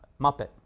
Muppet